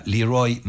Leroy